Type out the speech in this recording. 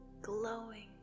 glowing